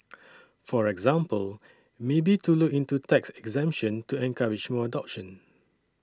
for example maybe to look into tax exemption to encourage more adoption